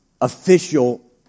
official